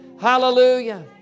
Hallelujah